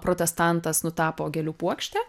protestantas nutapo gėlių puokštę